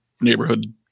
neighborhood